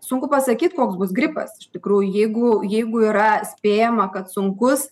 sunku pasakyti koks bus gripas iš tikrų jeigu jeigu yra spėjama kad sunkus